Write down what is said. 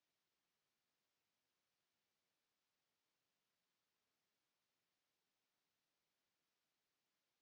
Kiitos,